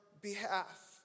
behalf